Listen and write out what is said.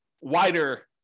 wider